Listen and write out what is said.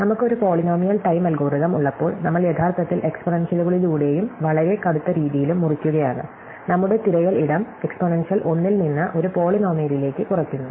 നമുക്ക് ഒരു polynomial time algorithm ഉള്ളപ്പോൾ നമ്മൾ യഥാർത്ഥത്തിൽ എക്സ്പോണൻഷ്യലുകളിലൂടെയും വളരെ കടുത്ത രീതിയിലും മുറിക്കുകയാണ് നമ്മുടെ തിരയൽ ഇടം എക്സ്പോണൻഷ്യൽ ഒന്നിൽ നിന്ന് ഒരു പോളിനോമിയലിലേക്ക് കുറയ്ക്കുന്നു